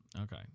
Okay